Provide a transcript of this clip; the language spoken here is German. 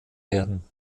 werden